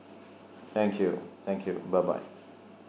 thank you thank you bye bye